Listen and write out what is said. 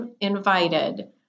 invited